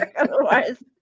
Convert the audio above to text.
Otherwise